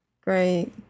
great